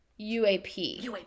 UAP